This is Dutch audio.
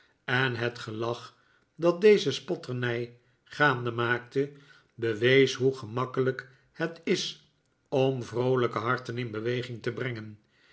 en het gelach dat deze spotternij gaande maakte bewees hoe gemakkelijk het is om vroolijke harten in beweging te brengen